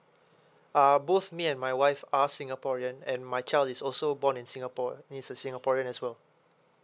ah both me and my wife are singaporean and my child is also born in singapore he is a singaporean as well